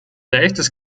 leichtes